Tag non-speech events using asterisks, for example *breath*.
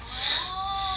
*breath*